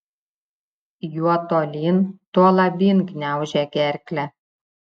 juo tolyn tuo labyn gniaužia gerklę